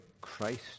Christ